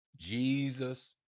Jesus